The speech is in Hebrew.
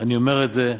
אני אומר את זה,